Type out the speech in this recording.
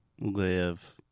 live